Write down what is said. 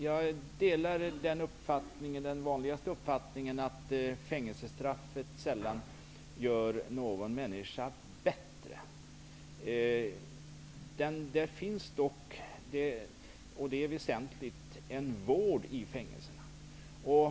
Jag delar den vanligaste uppfattningen, att fängelsestraffet sällan gör någon människa bättre. Det finns dock, och det är väsentligt, en vård i fängelserna.